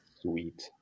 Sweet